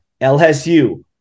LSU